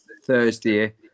Thursday